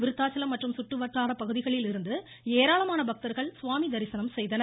விருத்தாச்சலம் மற்றும் சுற்றுவட்டாரப் பகுதிகளிலிருந்து ஏராளமான பக்தர்கள் சுவாமி தரிசனம் செய்தனர்